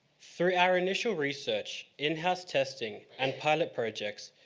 through our initial research in-house testing and pilot projects,